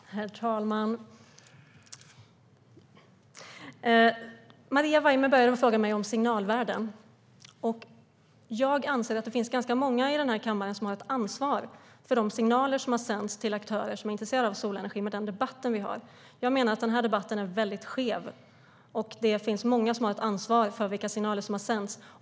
Herr talman! Maria Weimer började med att fråga mig om signalvärden. Jag anser att det finns ganska många i den här kammaren, med den debatt vi har, som har ett ansvar för de signaler som har sänts till aktörer som är intresserade av solenergi. Jag menar att den här debatten är väldigt skev och att det finns många som har ett ansvar för vilka signaler som har sänts.